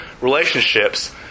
relationships